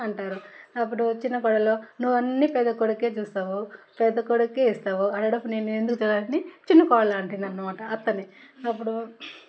అంటారు అప్పుడూ చిన్న కోడలు నువ్వు అన్నీ పెద్ద కొడుకుకే చూస్తావు పెద్ద కొడుకుకే ఇస్తావు అలాంటి అప్పుడు నేనెందుకని చిన్నకోడలు అంటుంది అన్నమాట అత్తని అప్పుడు